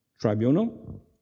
tribunal